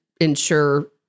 ensure